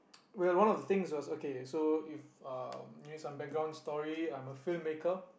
well one of the things was okay so if uh give you some background story I'm a filmmaker